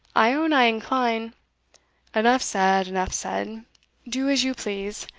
i own i incline enough said enough said do as you please.